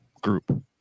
group